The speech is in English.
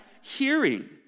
Hearing